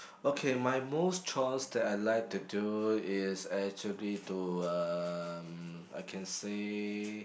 okay my most chores that I like to do is actually to uh I can say